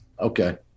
okay